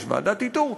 יש ועדת איתור,